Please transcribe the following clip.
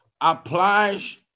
applies